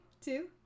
two